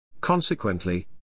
consequently